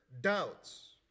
Doubts